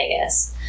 Vegas